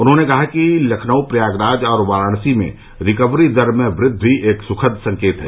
उन्होंने कहा कि लखनऊ प्रयागराज और वाराणसी में रिकवरी की दर में वृद्वि एक सुखद संकेत है